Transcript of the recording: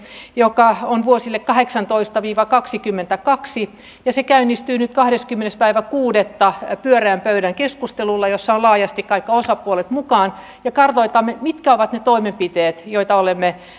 joka on vuosille kahdeksantoista viiva kaksikymmentäkaksi se käynnistyy nyt kahdeskymmenes kuudetta pyöreän pöydän keskustelulla jossa ovat laajasti kaikki osapuolet mukana ja kartoitamme mitkä ovat ne toimenpiteet